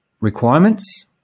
requirements